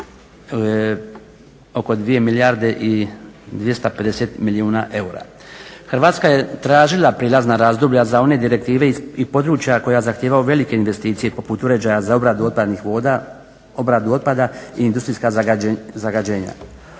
Hrvatska je tražila prijelazna razdoblja za one direktive i područja koja zahtijevaju velike investicije poput uređaja za obradu otpadnih voda, obradu otpada